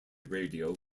radio